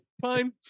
fine